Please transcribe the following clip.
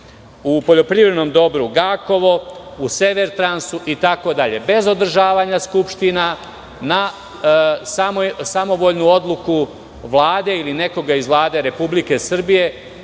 u poljoprivrednom dobru "Gakovo", u "Severtransu", itd. Bez održavanja skupština, na samovoljnu odluku Vlade ili nekoga iz Vlade Republike Srbije,